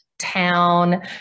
town